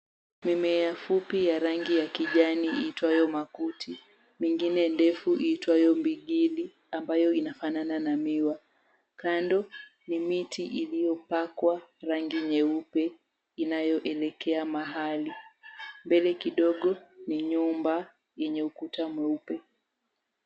Mimea fupi ya rangi ya kijani iitwayo makuti mingine ndefu iitwayo mbingili ambayo inafanana na miwa. Kando ni miti iliyopakwa rangi nyeupe inayoelekea mahali. Mbele kidogo ni nyumba yenye ukuta mweupe.